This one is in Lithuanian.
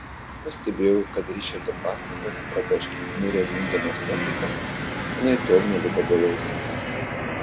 pastebėjau kad ričardo pastangos prablaškyti niūrią nūdienos nuotaiką anaiptol neliko bevaisės